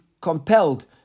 compelled